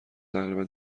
تقریبا